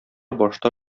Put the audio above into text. башта